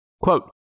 Quote